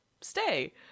stay